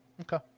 Okay